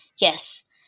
Yes